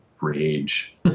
rage